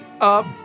up